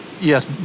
Yes